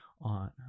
on